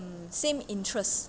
mmhmm same interest